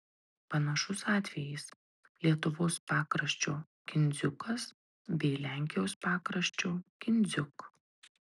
panašus atvejis lietuvos pakraščio kindziukas bei lenkijos pakraščio kindziuk